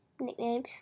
nickname